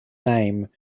name